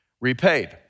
repaid